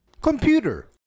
Computer